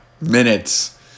minutes